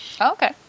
Okay